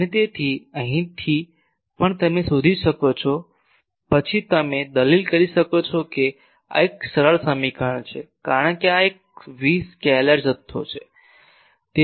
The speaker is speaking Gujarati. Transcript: અને તેથી અહીંથી પણ તમે શોધી શકો છો પછી તમે દલીલ કરી શકો છો કે આ એક સરળ સમીકરણ છે કારણ કે આ એક V સ્કેલર જથ્થો છે